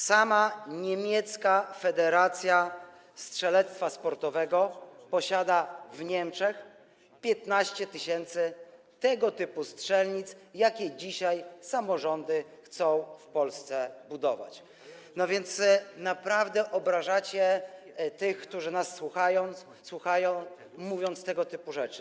Sama niemiecka Federacja Strzelectwa Sportowego posiada w Niemczech 15 tys. tego typu strzelnic, jakie dzisiaj samorządy chcą budować w Polsce, więc naprawdę obrażacie tych, którzy nas słuchają, mówiąc tego typu rzeczy.